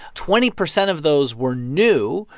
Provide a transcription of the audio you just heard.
twenty percent of those were new.